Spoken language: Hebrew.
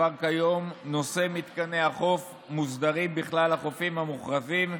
כבר כיום נושא מתקני החוף מוסדר בכלל החופים המוכרזים,